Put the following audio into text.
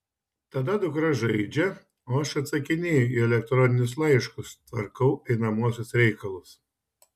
tada dukra žaidžia o aš atsakinėju į elektroninius laiškus tvarkau einamuosius reikalus